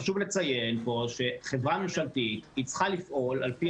חשוב לציין שחברה ממשלתית צריכה לפעול על פי